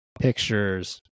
pictures